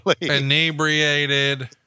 inebriated